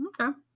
Okay